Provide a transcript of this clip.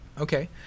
Okay